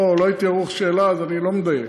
לא הייתי ערוך לשאלה, אז אני לא מדייק.